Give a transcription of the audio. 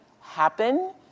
happen